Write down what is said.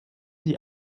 die